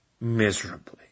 miserably